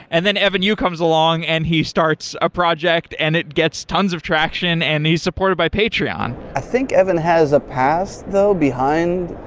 and then, evan yeah comes along and he starts a project and it gets tons of traction and he's supported by patron i think evan has a past though behind,